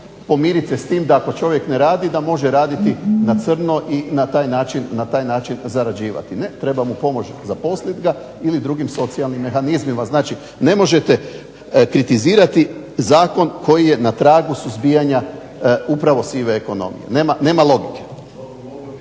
pomiriti se s tim da ako čovjek ne radi da može raditi na crno i na taj način zarađivati. Ne, treba mu pomoć, zaposliti ga ili drugim socijalnim mehanizmima. Znači, ne možete kritizirati zakon koji je na tragu suzbijanja sive ekonomije. Nema logike.